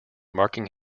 marking